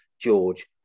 George